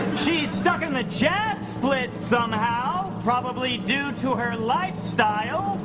she's stuck in the jazz splits somehow. probably due to her lifestyle.